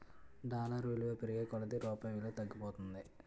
dollar విలువ పెరిగే కొలది రూపాయి విలువ తగ్గిపోతుంది